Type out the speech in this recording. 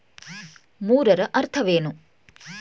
ಮೂರರ ಅರ್ಥವೇನು?